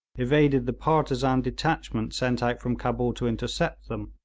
evaded the partisan detachment sent out from cabul to intercept them,